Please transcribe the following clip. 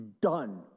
done